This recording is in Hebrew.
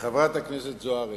חברת הכנסת זוארץ,